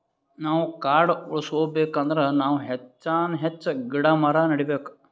ನಾವ್ ಕಾಡ್ ಉಳ್ಸ್ಕೊಬೇಕ್ ಅಂದ್ರ ನಾವ್ ಹೆಚ್ಚಾನ್ ಹೆಚ್ಚ್ ಗಿಡ ಮರ ನೆಡಬೇಕ್